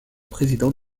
président